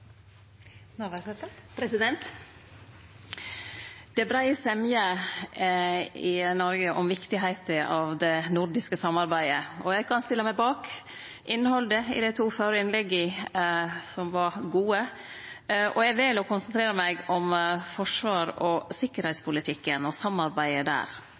nå, i den egenskapen jeg har, men jeg regner med at representantene i de forskjellige utvalgene tar ordet i debatten og redegjør for sine spesielle områder. Det er brei semje i Noreg om viktigheita av det nordiske samarbeidet. Eg kan stille meg bak innhaldet i dei to førre innlegga, som var gode. Eg vel å